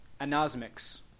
anosmics